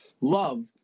love